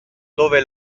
dove